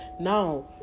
Now